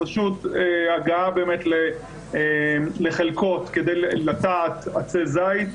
פשוט הגעה לחלקות כדי לטעת עצי זית,